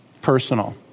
personal